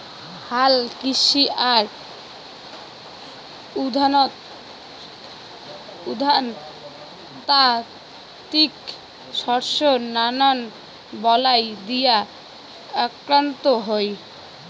হালকৃষি আর উদ্যানতাত্ত্বিক শস্য নানান বালাই দিয়া আক্রান্ত হই